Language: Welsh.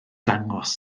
dangos